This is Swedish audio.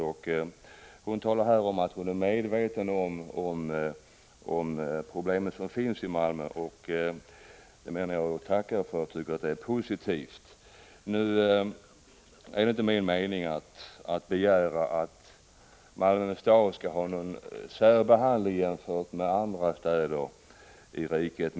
Statsrådet säger att hon är medveten om de problem som finns i Malmö, och jag tycker att detta är positivt och tackar för uttalandet. Det är inte min mening att begära att Malmö stad skall få någon särbehandling i förhållande till andra städer i riket.